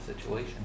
situation